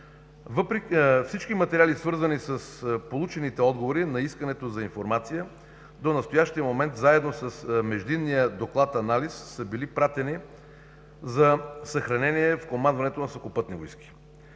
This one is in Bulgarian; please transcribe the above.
Всички материали, свързани с получените отговори на искането за информация до настоящия момент, заедно с междинния доклад-анализ са били пратени за съхранение в командването на Сухопътни войски.